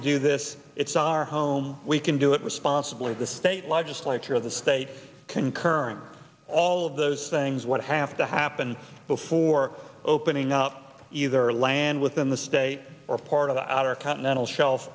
to do this it's our home we can do it responsibly the state legislature the state concurrent all of those things what have to happen before opening up either land within the state or part of the outer continental shelf